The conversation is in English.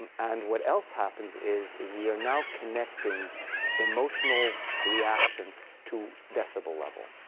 and and what else happens is is we are now connecting emotional reaction to decibel level.